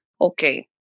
Okay